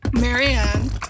Marianne